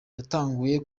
yatanguye